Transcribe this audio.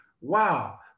wow